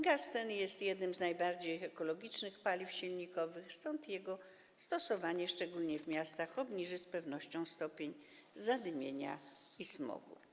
Gaz ten jest jednym z najbardziej ekologicznych paliw silnikowych, stąd jego stosowanie, szczególnie w miastach, obniży z pewnością stopień zadymienia i smogu.